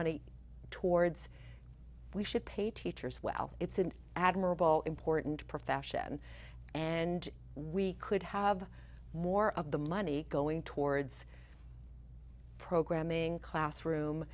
money towards we should pay teachers well it's an admirable important profession and we could have more of the money going towards programming classroom